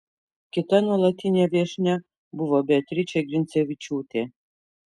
kita nuolatinė viešnia buvo beatričė grincevičiūtė